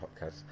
podcast